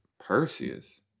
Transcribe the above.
Perseus